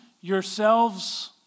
yourselves